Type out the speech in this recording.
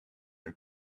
are